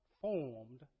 formed